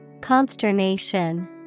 Consternation